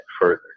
further